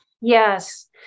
Yes